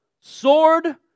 sword